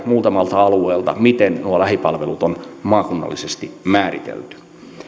muutamalta alueelta miten nuo lähipalvelut on maakunnallisesti määritelty